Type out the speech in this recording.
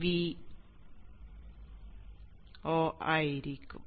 V 0 ആയിരിക്കും